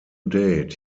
date